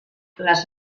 les